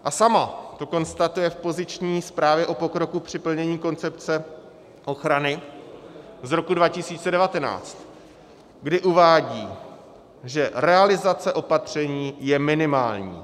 A sama to konstatuje v poziční zprávě o pokroku při plnění koncepce ochrany z roku 2019, kdy uvádí, že realizace opatření je minimální.